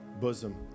bosom